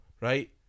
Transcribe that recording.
right